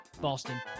Boston